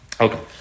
Okay